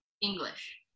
English